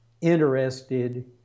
interested